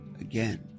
again